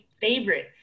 favorite